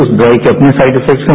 उस दवाई के अपने साइड इफेक्ट्स हैं